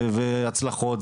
והצלחות.